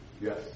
Yes